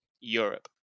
Europe